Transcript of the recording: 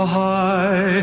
high